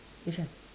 which one